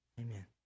Amen